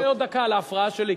אתה תקבל עוד דקה על ההפרעה שלי,